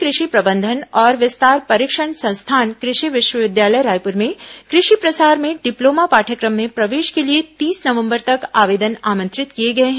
राज्य कृषि प्रबंधन और विस्तार परीक्षण संस्थान कृषि विश्वविद्यालय रायपूर में कृषि प्रसार में डिप्लोमा पाठ्यक्रम में प्रवेश के लिए तीस नवंबर तक आवेदन आमंत्रित किए गए हैं